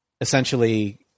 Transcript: essentially